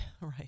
right